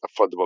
affordable